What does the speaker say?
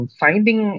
finding